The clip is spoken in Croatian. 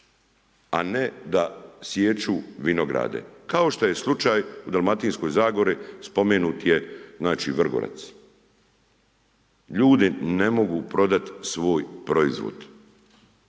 a ne da sječu vinograde, kao što je slučaj u dalmatinskoj zagori, spomenut je Vrgorac. Ljudi ne mogu prodat svoj proizvod.